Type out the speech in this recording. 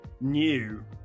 new